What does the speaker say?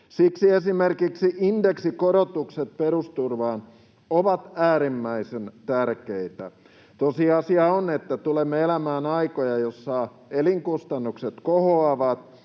Siksi esimerkiksi indeksikorotukset perusturvaan ovat äärimmäisen tärkeitä. Tosiasia on, että tulemme elämään aikoja, joissa elinkustannukset kohoavat